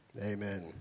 amen